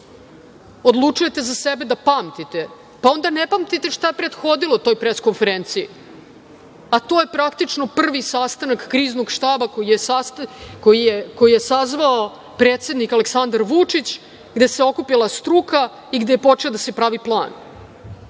odlučujete za sebe da pamtite, pa onda ne pamtite šta je prethodilo toj pres konferenciji, a to je praktično prvi sastanak kriznog štaba koji je sazvao predsednik Aleksandar Vučić, gde se okupila struka i gde je počeo da se pravi plan.